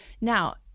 Now